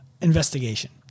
investigation